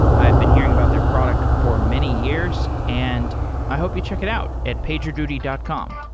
i've been hearing about their product for many years, and i hope you check it out at pagerduty dot com.